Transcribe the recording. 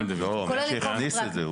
לא, הוא מתכוון למי שהכניס את זה.